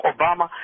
Obama